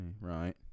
Right